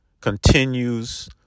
continues